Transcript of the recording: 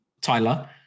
Tyler